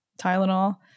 Tylenol